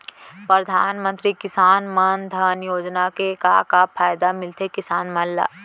परधानमंतरी किसान मन धन योजना के का का फायदा मिलथे किसान मन ला?